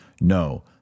No